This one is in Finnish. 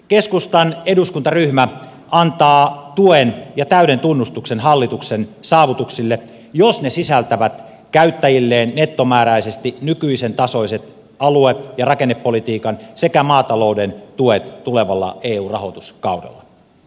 keskustan eduskuntaryhmä antaa tuen ja täyden tunnustuksen hallituksen saavutuksille jos ne sisältävät käyttäjilleen nettomääräisesti nykyisentasoiset alue ja rakennepolitiikan sekä maatalouden tuet tulevalla eu rahoituskaudella